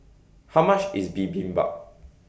How much IS Bibimbap